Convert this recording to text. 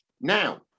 now